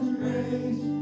grace